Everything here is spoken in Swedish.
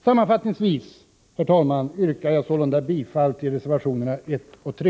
Sammanfattningsvis yrkar jag än en gång bifall till reservationerna 1 och 3.